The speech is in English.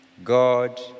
God